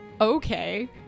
Okay